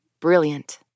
Brilliant